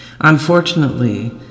Unfortunately